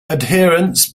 adherents